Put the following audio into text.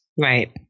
Right